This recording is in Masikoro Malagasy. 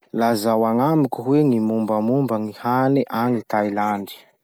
Lazao agnamiko hoe gny mombamomba gny hany agny Tailandy?